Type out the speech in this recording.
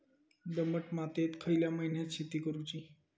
दमट मातयेत खयल्या महिन्यात शेती करुची?